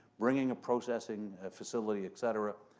bringing a processing facility et cetera.